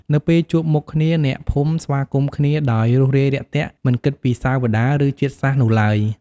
នៅពេលជួបមុខគ្នា អ្នកភូមិស្វាគមន៍គ្នាដោយរួសរាយរាក់ទាក់មិនគិតពីសាវតា ឬជាតិសាសន៍នោះឡើយ។